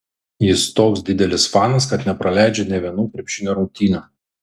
jis toks didelis fanas kad nepraleidžia nė vienų krepšinio rungtynių